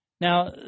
Now